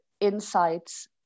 insights